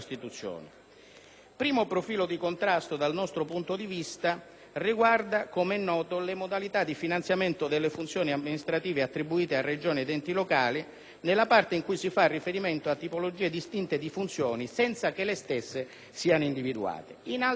Il primo, dal nostro punto di vista, riguarda le modalità di finanziamento delle funzioni amministrative attribuite a Regioni ed enti locali nella parte in cui si fa riferimento a tipologie distinte di funzioni senza che le stesse siano individuate.